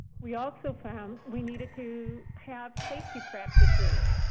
we also found we needed to have safety practices.